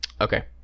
Okay